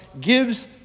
gives